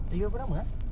eh you apa nama ah